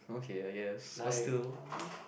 okay I guess but still